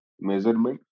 measurement